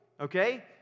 Okay